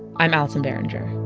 i'm allison behringer.